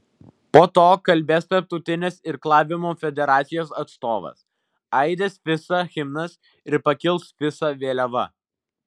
po to kalbės tarptautinės irklavimo federacijos atstovas aidės fisa himnas ir pakils fisa vėliava